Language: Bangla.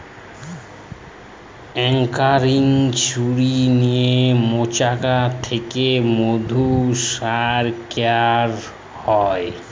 অংক্যাপিং ছুরি দিয়ে মোচাক থ্যাকে মধু ব্যার ক্যারা হয়